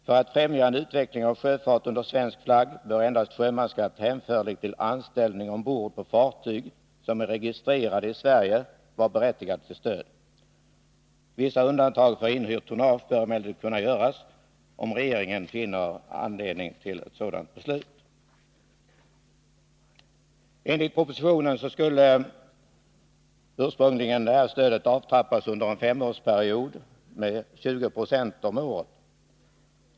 För att främja en utveckling av sjöfart under svensk flagg bör endast sjömansskatt hänförlig till anställning ombord på fartyg som är registrerade i Sverige berättiga till stöd. Vissa undantag för inhyrt tonnage bör emellertid kunna göras, om regeringen finner anledning till sådant beslut. Enligt propositionen skulle ursprungligen detta stöd avtrappas under en femårsperiod med 20 9 per år.